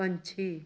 ਪੰਛੀ